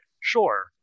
sure